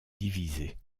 divisée